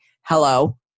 hello